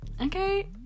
okay